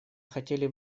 хотели